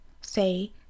say